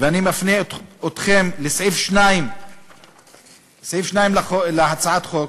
ואני מפנה אתכם לסעיף 2 להצעת החוק,